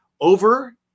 over